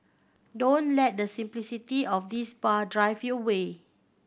don't let the simplicity of this bar drive you away